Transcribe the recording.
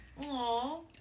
Aww